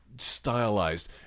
stylized